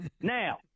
Now